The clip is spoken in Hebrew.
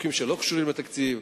חוקים שלא קשורים לתקציב,